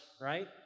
right